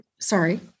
sorry